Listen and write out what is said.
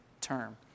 term